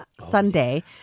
Sunday